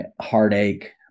heartache